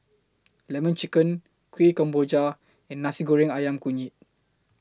Lemon Chicken Kueh Kemboja and Nasi Goreng Ayam Kunyit